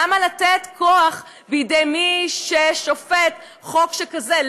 למה לתת כוח בידי מי ששופט, חוק כזה?